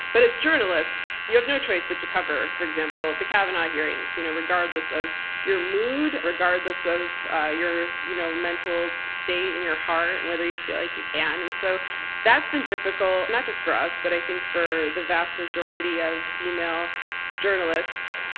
but as journalists, you have no choice but to cover for example, the kavanaugh hearings. you know regardless of your mood, regardless of ah your you know mental state in your heart and whether you feel like you can, and so that's been difficult, not just for us, but i think for the vast majority of female journalists,